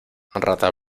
rata